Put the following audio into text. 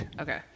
Okay